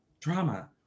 drama